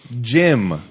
Jim